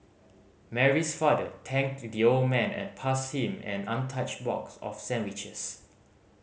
Mary's father thanked the old man and passed him an untouched box of sandwiches